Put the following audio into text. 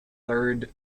third